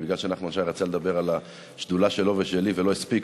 אבל בגלל שנחמן שי רצה לדבר על השדולה שלו ושלי ולא הספיק,